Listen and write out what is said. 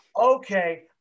Okay